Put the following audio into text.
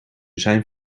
zijn